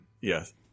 Yes